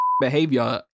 behavior